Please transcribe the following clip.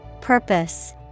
Purpose